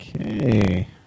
Okay